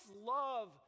love